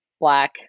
black